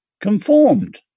conformed